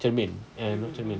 cermin eh not cermin